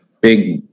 big